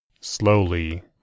Slowly